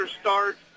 start